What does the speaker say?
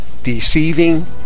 deceiving